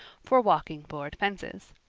for walking board fences.